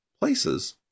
places